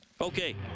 Okay